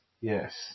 Yes